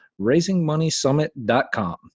raisingmoneysummit.com